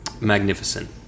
Magnificent